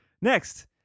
Next